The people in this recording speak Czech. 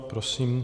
Prosím.